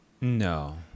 No